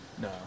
No